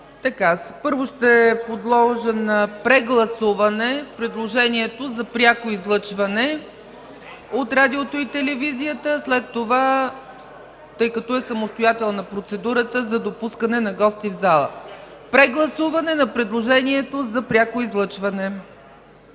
Първо ще подложа на прегласуване предложението за пряко излъчване по радиото и телевизията, тъй като е самостоятелна процедурата за допускане на гости в залата. Прегласуване на предложението за пряко излъчване.